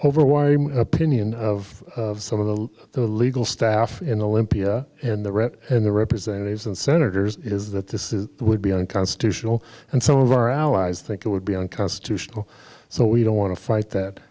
over why my opinion of some of the the legal staff in olympia and the reps and the representatives and senators is that this is would be unconstitutional and some of our allies think it would be unconstitutional so we don't want to fight that